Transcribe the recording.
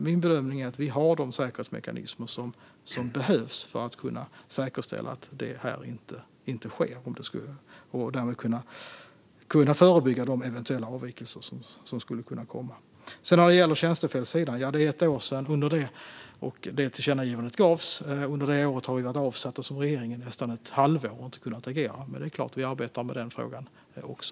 Min bedömning är dock att vi har de säkerhetsmekanismer som behövs för att säkerställa att det går rätt till och för att man ska kunna förebygga eventuella avvikelser. När det gäller detta om tjänstefel vill jag säga att det är ett år sedan tillkännagivandet kom. Under det året har vi varit avsatta som regering i nästan ett halvår och inte kunnat agera, men det är klart att vi arbetar med den frågan också.